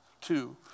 two